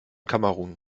kamerun